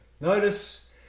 Notice